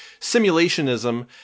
simulationism